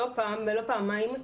לא פעם ולא פעמיים,